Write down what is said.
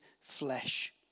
flesh